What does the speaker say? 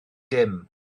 dim